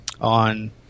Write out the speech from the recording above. on